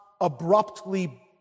abruptly